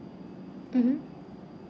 mmhmm